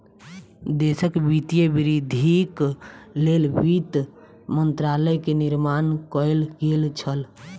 देशक वित्तीय वृद्धिक लेल वित्त मंत्रालय के निर्माण कएल गेल छल